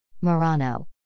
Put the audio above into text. Murano